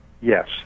Yes